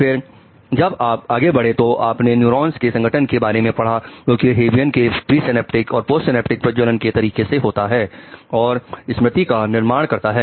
फिर जब आप आगे बढ़े तो आपने न्यूरॉन्स के संगठन के बारे में पढ़ा जो कि हेबीयन के प्रिसिनेप्टिक और पोस्ट सिनेप्टिक प्रज्वलन के तरीके से होता है और स्मृति का निर्माण करता है